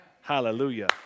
Hallelujah